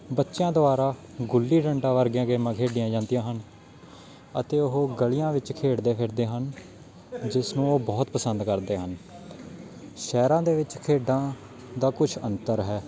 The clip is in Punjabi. ਬੱਚਿਆਂ ਦੁਆਰਾ ਗੁੱਲੀ ਡੰਡਾ ਵਰਗੀਆਂ ਗੇਮਾਂ ਖੇਡੀਆਂ ਜਾਂਦੀਆਂ ਹਨ ਅਤੇ ਉਹ ਗਲੀਆਂ ਵਿੱਚ ਖੇਡਦੇ ਖੇਡਦੇ ਹਨ ਜਿਸ ਨੂੰ ਉਹ ਬਹੁਤ ਪਸੰਦ ਕਰਦੇ ਹਨ ਸ਼ਹਿਰਾਂ ਦੇ ਵਿੱਚ ਖੇਡਾਂ ਦਾ ਕੁਛ ਅੰਤਰ ਹੈ